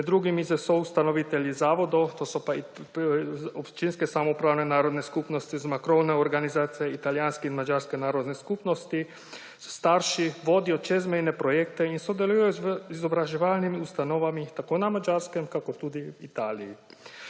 med drugimi s soustanovitelji zavodov, to so pa občinske samoupravne narodne skupnosti, krovne organizacije italijanske in madžarske narodne skupnosti, s starši vodijo čezmejne projekte in sodelujejo z izobraževalnimi ustanovami tako na Madžarskem kakor tudi v Italiji.